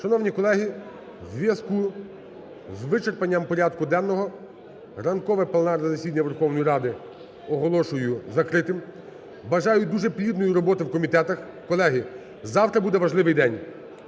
Шановні колеги, в зв'язку з вичерпанням порядку денного ранкове пленарне засідання Верховної Ради оголошую закритим. Бажаю дуже плідної роботи в комітетах. Колеги, завтра буде важливий день!